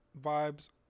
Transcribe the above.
vibes